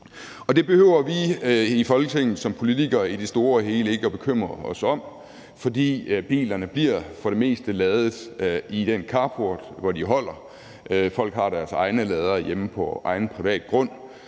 Det behøver vi som politikere i Folketinget i det store hele ikke at bekymre os om, for bilerne bliver for det meste ladet i den carport, hvor de holder. Folk har deres egne ladere hjemme på egen privat grund.